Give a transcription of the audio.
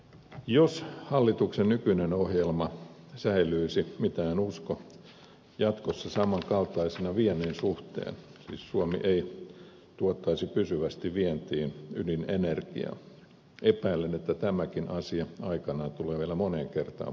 jos hallituksen nykyinen ohjelma säilyisi mitä en usko jatkossa samankaltaisena viennin suhteen siis suomi ei tuottaisi pysyvästi vientiin ydinenergiaa epäilen että tämäkin asia aikanaan tulee vielä moneen kertaan pohdittavaksi